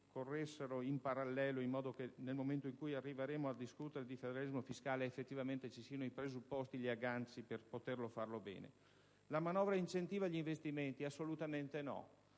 corressero in parallelo in modo che quando si arriverà a discutere di federalismo fiscale effettivamente si realizzino i presupposti e gli agganci per poterlo fare bene. La manovra incentiva gli investimenti? Assolutamente no.